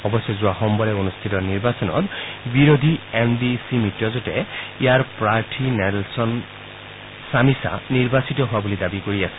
অৱশ্যে যোৱা সোমবাৰে অনুষ্ঠিত নিৰ্বাচনত বিৰোধী এম ডি চি মিত্ৰজোঁটৰ প্ৰাৰ্থী নেলচল চামিচা নিৰ্বাচিত হোৱা বুলি দাবী কৰি আছে